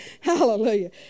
Hallelujah